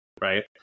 right